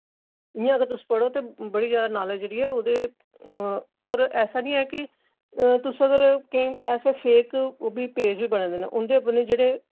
इ'यां अगर तुस पढ़ो ते बड़ी जैदा नालेज जेह्ड़ी ऐ ओह्दे और ऐसा निं ऐ कि तुस अगर केईं ऐसे फेक ओह् बी पेज बी बने दे न उ'न्दे पर निं जेह्ड़े